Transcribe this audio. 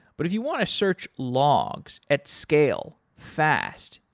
but if you want to search logs at scale fast,